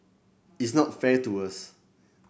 it's not fair to us